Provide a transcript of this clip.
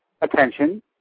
attention